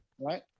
Right